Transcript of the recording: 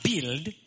build